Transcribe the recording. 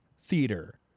theater